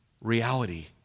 reality